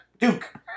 Duke